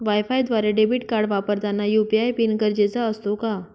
वायफायद्वारे debit card वापरताना UPI PIN गरजेचा असतो का?